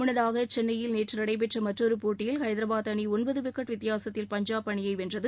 முன்னதாக சென்னையில் நேற்று நடைபெற்ற மற்றொரு போட்டியில் ஐதரபாத் அணி ஒன்பது விக்கெட் வித்தியாசத்தில் பஞ்சாப் அணியை வென்றது